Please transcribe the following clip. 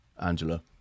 Angela